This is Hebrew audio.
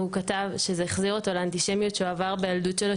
והוא כתב שזה החזיר אותו לאנטישמיות שהוא עבר בילדות שלו,